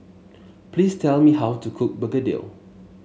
please tell me how to cook Begedil